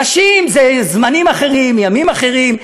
נשים, בזמנים אחרים, ימים אחרים.